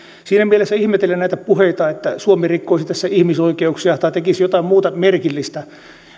siinä mielessä ihmettelen näitä puheita että suomi rikkoisi tässä ihmisoikeuksia tai tekisi jotain muuta merkillistä